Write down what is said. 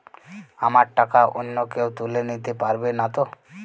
আমার টাকা অন্য কেউ তুলে নিতে পারবে নাতো?